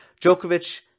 Djokovic